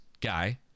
guy